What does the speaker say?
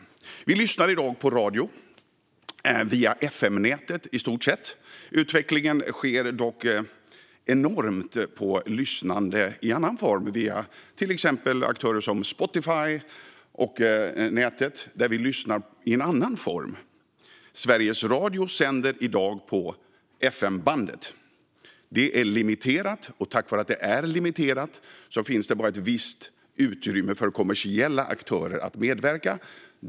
Vi lyssnar i dag på radio via FM-nätet, i stort sett. Utvecklingen sker dock enormt snabbt när det gäller lyssnande i annan form, via till exempel aktörer som Spotify och nätet. Sveriges Radio sänder i dag på FM-bandet. Det är limiterat, och på grund av att det är limiterat finns det bara ett visst utrymme för kommersiella aktörer att medverka.